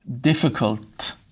difficult